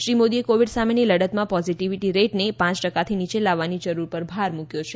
શ્રી મોદીએ કોવિડ સામેની લડતમાં પોઝિટિવિટી રેટને પાંચ ટકાથી નીચે લાવવાની જરૂર પર ભાર મૂક્યો છે